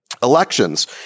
Elections